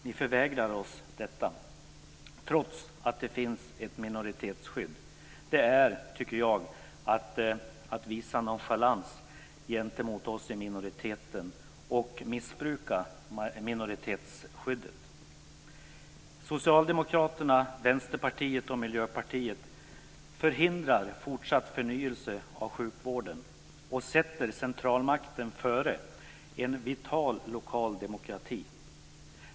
Ni förvägrar oss detta, trots att det finns ett minoritetsskydd. Det tycker jag är att visa nonchalans gentemot oss i minoriteten och att missbruka minoritetsskyddet. Socialdemokraterna, Vänsterpartiet och Miljöpartiet förhindrar fortsatt förnyelse av sjukvården och sätter centralmakten före en vital lokal demokrati.